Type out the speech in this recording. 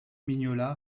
mignola